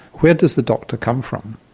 where does the doctor come from?